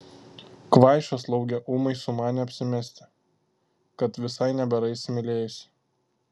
kvaiša slaugė ūmai sumanė apsimesti kad visai nebėra įsimylėjusi